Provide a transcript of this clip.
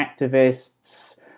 activists